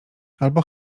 albo